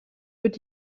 wird